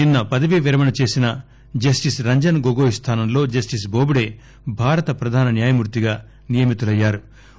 నిన్స పదవీ విరమణ చేసిన జస్టిస్ రంజన్ గొగోయ్ స్థానంలో జస్టిస్ బొబ్డే భారత ప్రధాన న్యాయమూర్తిగా నియమితులయ్యారు